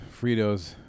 Fritos